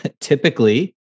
typically